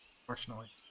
Unfortunately